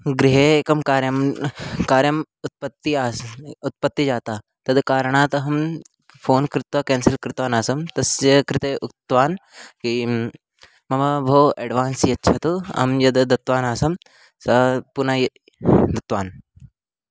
गृहे एकं कार्यं कार्यम् उत्पत्ति आसं उत्पत्ति जाता तत् कारणात् अहं फ़ोन् कृत्वा केन्सल् कृतवान् आसम् तस्य कृते उक्तवान् कि मम भोः अड्वान्स् यच्छतु अहं यत् दत्तवान् आसं सः पुनः ये दत्तवान्